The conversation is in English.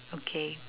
okay